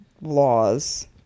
laws